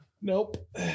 nope